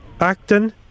Acton